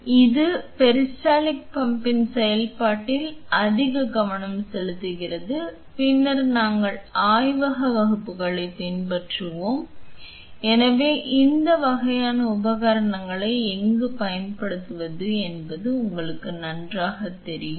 எனவே இது பெரிஸ்டால்டிக் பம்பின் செயல்பாட்டில் அதிக கவனம் செலுத்துகிறது பின்னர் நாங்கள் ஆய்வக வகுப்புகளைப் பின்பற்றுவோம் எனவே இந்த வகையான உபகரணங்களை எங்கு பயன்படுத்துவது என்பது உங்களுக்கு நன்றாகத் தெரியும்